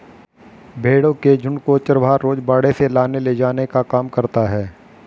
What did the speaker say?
भेंड़ों के झुण्ड को चरवाहा रोज बाड़े से लाने ले जाने का काम करता है